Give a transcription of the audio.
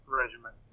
regiment